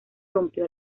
rompió